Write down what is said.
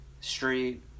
street